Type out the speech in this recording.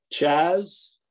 Chaz